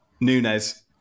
Nunes